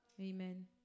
Amen